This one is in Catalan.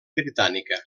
britànica